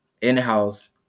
in-house